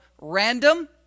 random